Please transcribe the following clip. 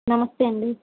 నమస్తే అండి